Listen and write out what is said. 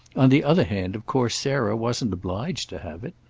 on the other hand of course sarah wasn't obliged to have it.